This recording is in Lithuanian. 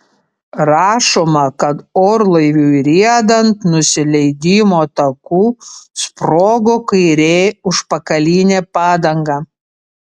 rašoma kad orlaiviui riedant nusileidimo taku sprogo kairė užpakalinė padanga